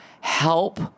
help